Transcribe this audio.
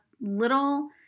little